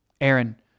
Aaron